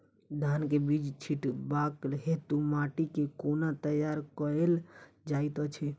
धान केँ बीज छिटबाक हेतु माटि केँ कोना तैयार कएल जाइत अछि?